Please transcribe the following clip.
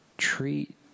treat